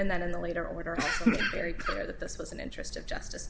and then in the later order very clear that this was an interest of justice